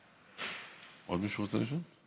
עוד מישהו רוצה לשאול?